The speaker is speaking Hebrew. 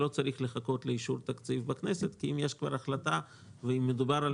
שלא צריך לחכות לאישור תקציב בכנסת כי אם יש כבר החלטה ואם מדובר על